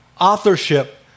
authorship